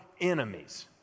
enemies